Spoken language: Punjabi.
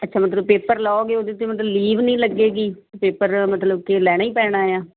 ਅੱਛਾ ਮਤਲਬ ਪੇਪਰ ਲਓਗੇ ਉਹਦੇ ਤਾਂ ਮਤਲਬ ਲੀਵ ਨਹੀਂ ਲੱਗੇਗੀ ਪੇਪਰ ਮਤਲਬ ਕਿ ਲੈਣਾ ਹੀ ਪੈਣਾ ਆ